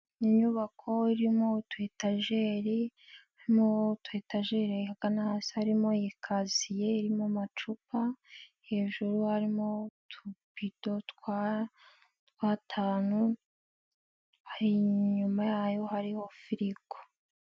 Inyubako irimo utu etajeri, harimo ikasiye, irimo amacupa, hejuru hariho utubido tw'atanu, inyuma yayo hariho filigo.